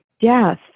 death